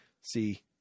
See